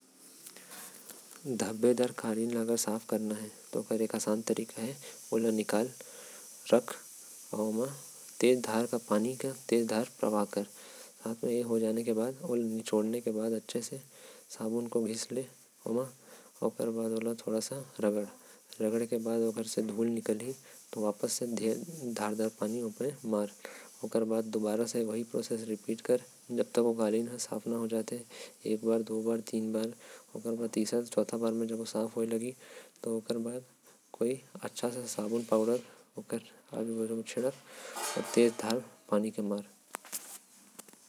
धब्बेदार कालीन ला अगर साफ़ करना हे। तो ओकर एक आसान तरीका है। ओल निकाल के रख आऊ पानी के तेज धार मार ओकर। बाद ओला निचोड़ और साबुन ला घास ओकर बाद ओला थोड़ा सा रगड़। रगड़े के बाद भी अगर ओकर से धूल निकलत हे त ओला दुबारा से धो। ऐसने तीन से चार बार पानी के धार मार।